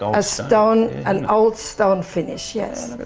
a stone, an old stone finish, yes.